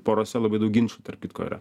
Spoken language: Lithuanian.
porose labai daug ginčų tarp kitko yra